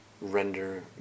render